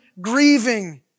grieving